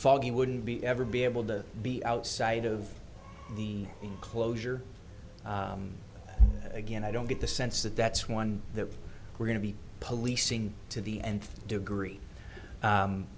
foggy wouldn't be ever be able to be outside of the enclosure again i don't get the sense that that's one that we're going to be policing to the nth degree